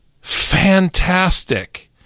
fantastic